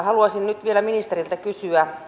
haluaisin nyt ministeriltä kysyä